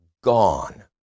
Gone